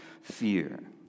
fear